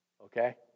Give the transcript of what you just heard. Okay